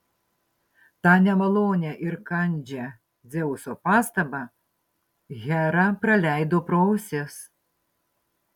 tą nemalonią ir kandžią dzeuso pastabą hera praleido pro ausis